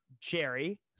Jerry